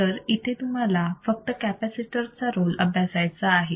तर इथे तुम्हाला फक्त कॅपॅसिटर चा रोल अभ्यासायचा आहे